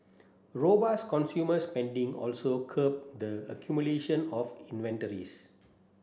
robust consumer spending also curbed the accumulation of inventories